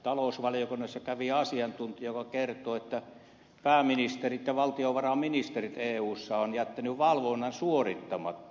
talousvaliokunnassa kävi asiantuntija joka kertoi että pääministerit ja valtiovarainministerit eussa ovat jättäneet valvonnan suorittamatta